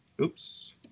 Oops